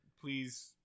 please